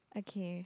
okay